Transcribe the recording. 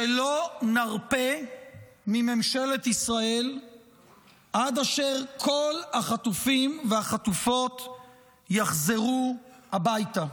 שלא נרפה מממשלת ישראל עד אשר כל החטופים והחטופות יחזרו הביתה.